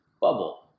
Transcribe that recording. bubble